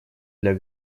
для